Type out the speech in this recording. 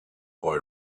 boy